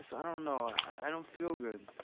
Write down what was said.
so i don't know, i don't feel good,